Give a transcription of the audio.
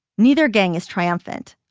neither gang is triumphant.